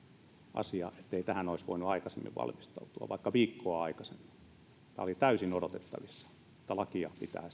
asia ettei tähän olisi voinut aikaisemmin valmistautua vaikka viikkoa aikaisemmin oli täysin odotettavissa että lakia pitää